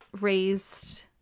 raised